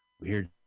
weird